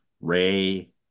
Ray